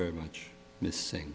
very much missing